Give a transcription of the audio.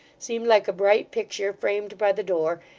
seemed like a bright picture framed by the door,